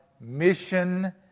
mission